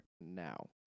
now